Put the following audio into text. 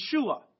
Yeshua